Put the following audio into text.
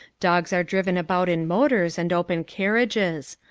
dogs are driven about in motors and open carriages.